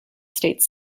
states